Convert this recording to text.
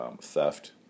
theft